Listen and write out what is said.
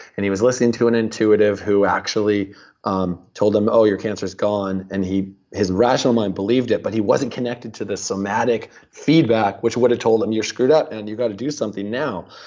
and he was listening to an intuitive who actually um told him, oh, your cancer's gone, and his rational mind believed it but he wasn't connected to the somatic feedback, which would've told him you're screwed up, and you've got to do something now.